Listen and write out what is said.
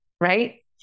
right